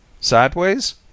Sideways